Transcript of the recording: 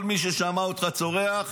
כל מי ששמע אותך צורח,